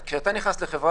שוב,